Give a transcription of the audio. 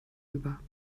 über